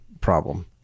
problem